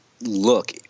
look